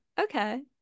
Okay